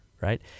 right